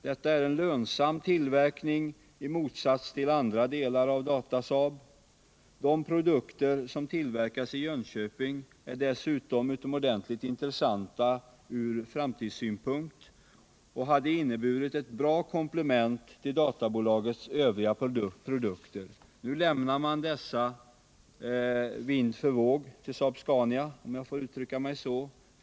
Det är fråga om en lönsam tillverkning, i motsats till andra delar av Datasaab. De produkter som tillverkas i Jönköping är dessutom utomordentligt intressanta från framtidssynpunkt och hade inneburit ett bra komplement till databolagets övriga produkter. Nu lämnar man dessa delar — låt mig uttrycka det så — vind för våg till Saab-Scania.